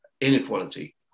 inequality